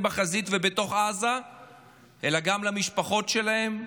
בחזית ובתוך עזה אלא גם למשפחות שלהם,